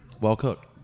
well-cooked